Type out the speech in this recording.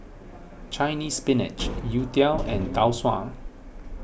Chinese Spinach Youtiao and Tau Suan